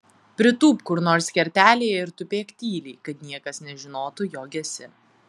pritūpk kur nors kertelėje ir tupėk tyliai kad niekas nežinotų jog esi